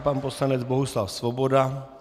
Pan poslanec Bohuslav Svoboda.